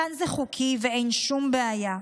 כאן זה חוקי ואין שום בעיה.